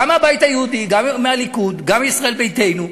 גם מהבית היהודי, גם מהליכוד, גם מישראל ביתנו,